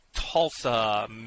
Tulsa